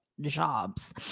jobs